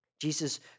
Jesus